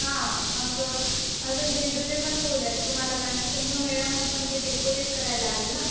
हां मग अजून झेंडूचे पण फुलं आहेत तुम्हाला कारण की कुंभमेळा म्हटलं म्हणजे डेकोरेट करायला लागेल ना